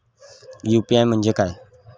UPI म्हणजे काय?